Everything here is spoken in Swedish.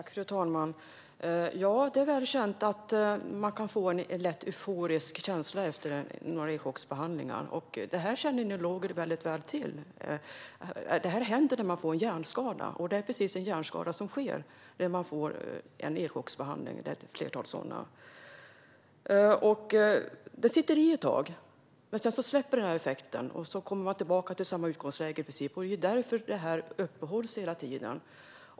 Fru talman! Det är välkänt att man kan få en lätt euforisk känsla efter några elchocksbehandlingar. Detta känner neurologer mycket väl till. Det är vad som händer när man får en hjärnskada, och det är en precis en hjärnskada som sker när man får en eller flera elchocksbehandlingar. Det sitter i ett tag, men sedan släpper effekten. Så kommer man tillbaka till samma utgångsläge, i princip. Det är därför man upprätthåller behandlingarna.